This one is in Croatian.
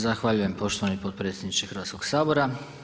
Zahvaljujem poštovani potpredsjedniče Hrvatskoga sabora.